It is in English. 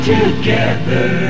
Together